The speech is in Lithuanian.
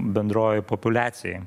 bendrojoj populiacijoj